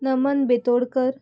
Naman Betodkar